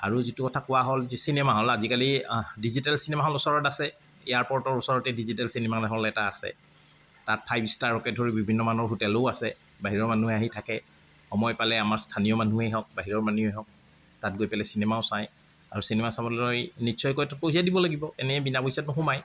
আৰু যিটো কথা কোৱা হ'ল যি চিনেমা হ'ল আজিকালি ডিজিটেল চিনেমা হ'ল ওচৰত আছে এয়াৰপৰ্টৰ ওচৰতে ডিজিটেল চিনেমা হ'ল এটা আছে তাত ফাইভ ষ্টাৰকে ধৰি বিভিন্ন মানুহৰ হোটেলো আছে বাহিৰৰ মানুহে আহি থাকে সময় পালে আমাৰ স্থানীয় মানুহে হওক বাহিৰৰ মানুহেই হওক তাত গৈ পেলাই চিনেমাও চায় আৰু চিনেমা চাবলৈ নিশ্চয়কৈ পইচা দিব লাগিব এনেয়ে বিনা পইচাত নোসোমায়